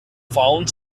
found